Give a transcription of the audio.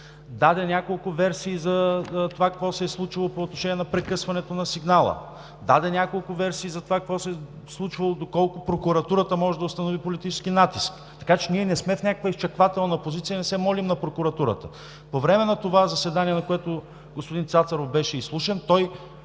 Даде няколко версии за това какво се е случило по отношение на прекъсването на сигнала, даде няколко версии за това какво се е случвало, доколко Прокуратурата може да установи политически натиск. Така че ние не сме в някаква изчаквателна позиция и не се молим на Прокуратурата. По време на това заседание, на което господин Цацаров беше изслушан, той